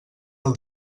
del